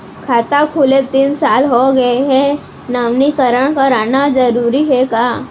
खाता खुले तीन साल हो गया गये हे नवीनीकरण कराना जरूरी हे का?